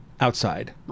outside